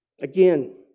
Again